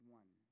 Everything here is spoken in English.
one